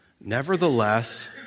nevertheless